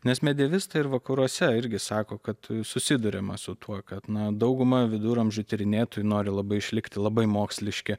nes medievistai ir vakaruose irgi sako kad susiduriama su tuo kad dauguma viduramžių tyrinėtojų nori labai išlikti labai moksliški